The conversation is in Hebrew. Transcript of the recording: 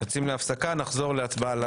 יוצאים להפסקה, נחזור להצבעה על הרוויזיה.